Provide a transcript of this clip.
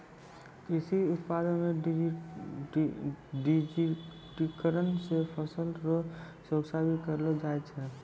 कृषि उत्पादन मे डिजिटिकरण से फसल रो सुरक्षा भी करलो जाय छै